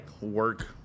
work